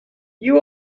you